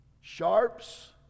sharps